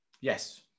Yes